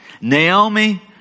Naomi